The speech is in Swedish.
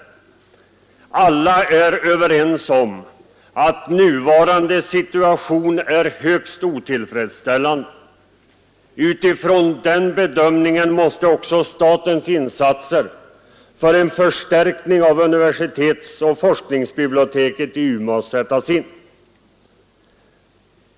Alla är överens om att nuvarande situation är högst otillfredsställande. Utifrån den bedömningen måste också statens insatser för en förstärkning av undervisningsoch forskningsbiblioteket i Umeå sättas in.